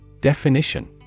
Definition